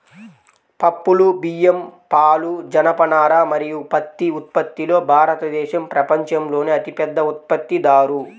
పప్పులు, బియ్యం, పాలు, జనపనార మరియు పత్తి ఉత్పత్తిలో భారతదేశం ప్రపంచంలోనే అతిపెద్ద ఉత్పత్తిదారు